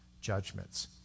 judgments